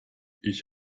ich